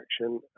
action